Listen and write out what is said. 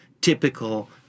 typical